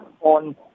on